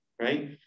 right